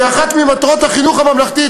כי אחת ממטרות החינוך הממלכתי,